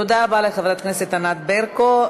תודה רבה לחברת הכנסת ענת ברקו.